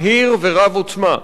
מהיר ורב-עוצמה.